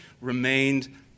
remained